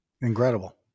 Incredible